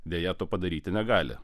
deja to padaryti negali